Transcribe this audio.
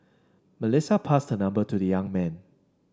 Melissa passed her number to the young man